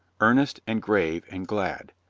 earnest and grave and glad.